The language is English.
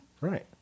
Right